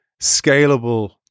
scalable